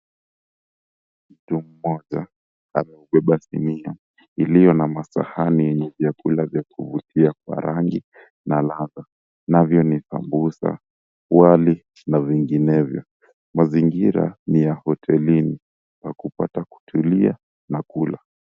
Mtu mmoja ameubeba sinia iliyo na masahani yenye vyakula vya kuvutia wa rangi na ladha navyo ni samosa, wali na vinginevyo. Mazingira ni ya hotelini pa kupata kutulia na kula.